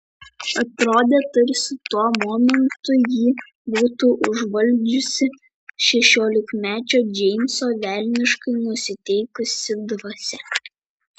atrodė tarsi tuo momentu jį būtų užvaldžiusi šešiolikmečio džeimso velniškai nusiteikusi dvasia